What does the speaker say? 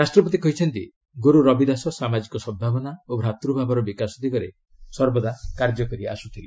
ରାଷ୍ଟ୍ରପତି କହିଛନ୍ତି ଗୁରୁ ରବି ଦାସ ସାମାଜିକ ସଦ୍ଭାବନା ଓ ଭ୍ରାତୃଭାବର ବିକାଶ ଦିଗରେ ସର୍ବଦା କାର୍ଯ୍ୟ କରି ଆସୁଥିଲେ